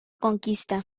conquista